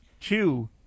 two